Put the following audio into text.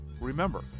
Remember